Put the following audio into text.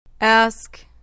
Ask